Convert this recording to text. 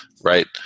right